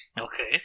Okay